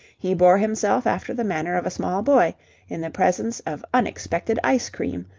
he bore himself after the manner of a small boy in the presence of unexpected ice-cream,